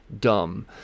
dumb